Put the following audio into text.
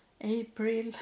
April